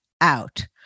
out